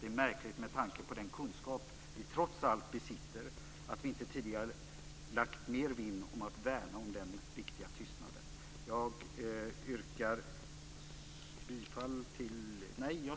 Det är märkligt med tanke på den kunskap vi trots allt besitter att vi inte tidigare lagt oss mer vinn om att värna om den viktiga tystnaden.